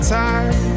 time